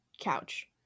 couch